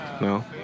No